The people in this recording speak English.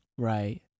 Right